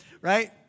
right